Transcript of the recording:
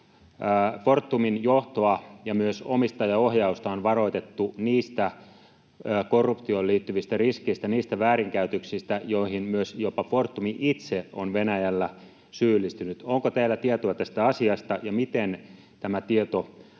Fortumin johtoa ja myös omistajaohjausta on varoitettu niistä korruptioon liittyvistä riskeistä, niistä väärinkäytöksistä, joihin myös jopa Fortum itse on Venäjällä syyllistynyt. Onko teillä tietoa tästä asiasta, ja miten tämä tieto